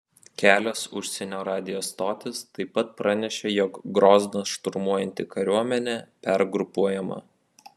kelios užsienio radijo stotys taip pat pranešė jog grozną šturmuojanti kariuomenė pergrupuojama